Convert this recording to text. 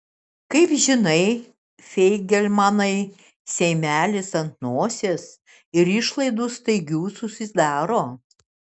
kaip žinai feigelmanai seimelis ant nosies ir išlaidų staigių susidaro